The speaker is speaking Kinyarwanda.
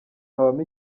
habamo